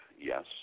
Yes